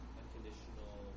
unconditional